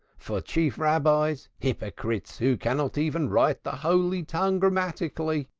for chief rabbis hypocrites who cannot even write the holy tongue grammatically,